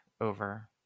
over